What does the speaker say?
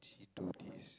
he told this